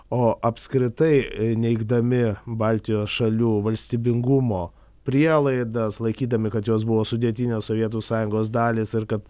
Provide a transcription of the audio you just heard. o apskritai neigdami baltijos šalių valstybingumo prielaidas laikydami kad jos buvo sudėtinės sovietų sąjungos dalys ir kad